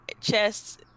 chests